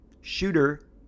Shooter